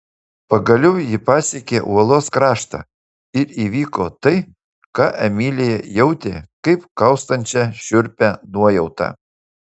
pagaliau ji pasiekė uolos kraštą ir įvyko tai ką emilija jautė kaip kaustančią šiurpią nuojautą